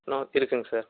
no இருக்குதுங்க sir